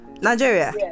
nigeria